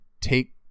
take